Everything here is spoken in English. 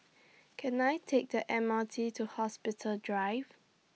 Can I Take The M R T to Hospital Drive